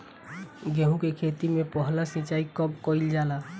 गेहू के खेती मे पहला सिंचाई कब कईल जाला?